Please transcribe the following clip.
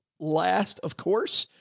last of course,